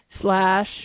slash